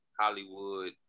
Hollywood